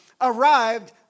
arrived